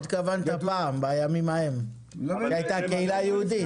התכוונת פעם, בימים ההם, כשהייתה קהילה יהודית.